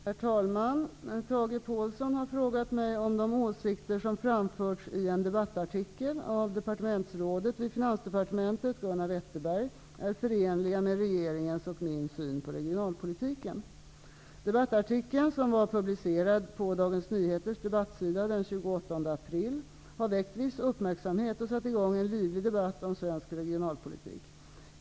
Herr talman! Tage Påhlsson har frågat mig om de åsikter som framförts i en debattartikel av departementsrådet vid finansdepartementet Gunnar Wetterberg är förenliga med regeringens och min syn på regionalpolitiken. Nyheters debattsida den 28 april, har väckt viss uppmärksamhet och satt igång en livlig debatt om svensk regionalpolitik.